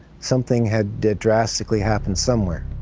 something had drastically happened somewhere.